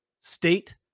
state